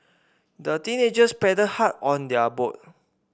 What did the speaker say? the teenagers paddled hard on their boat